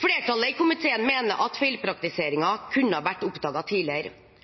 Flertallet i komiteen mener at feilpraktiseringen kunne ha vært oppdaget tidligere,